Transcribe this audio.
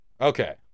Okay